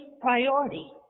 priority